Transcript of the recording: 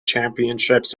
championships